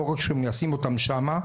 לא רק ששמים אותם שם,